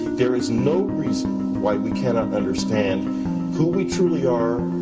there is no reason why we cannot understand who we truly are,